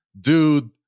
dude